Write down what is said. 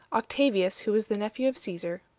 octavius, who was the nephew of caesar,